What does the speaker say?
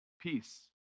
Peace